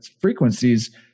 frequencies